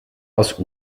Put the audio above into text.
aus